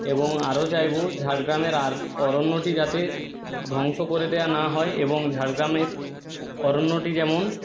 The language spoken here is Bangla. এবং আরও চাইবো ঝাড়গ্রামের আর অরণ্যটি যাতে ধ্বংস করে দেওয়া না হয় এবং ঝাড়গ্রামের অরণ্যটি যেমন